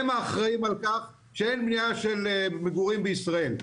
הם האחראים על כך שאין בנייה של מגורים בישראל.